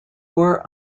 war